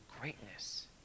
greatness